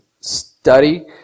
study